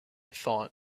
thought